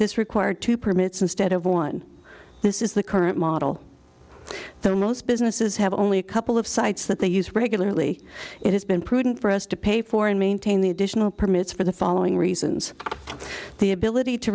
this required two permits instead of one this is the current model there most businesses have only a couple of sites that they use regularly it has been prudent for us to pay for and maintain the additional permits for the following reasons the ability to